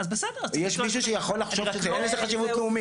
יש מישהו שיכול לחשוב שאין לזה חשיבות לאומית?